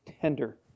tender